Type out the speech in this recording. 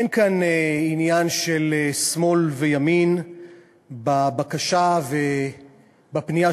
אין כאן עניין של שמאל וימין בבקשה ובפנייה